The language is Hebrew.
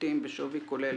ותכשיטים בשווי כולל